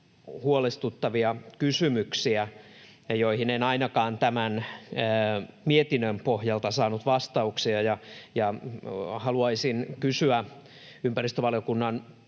huolestuttavia kysymyksiä, joihin en ainakaan tämän mietinnön pohjalta saanut vastauksia. Haluaisin kysyä ympäristövaliokunnan